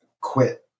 quit